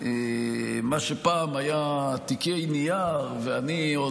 מה שפעם היה תיקי נייר, ואני,